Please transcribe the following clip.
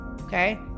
Okay